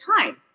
time